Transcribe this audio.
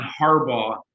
Harbaugh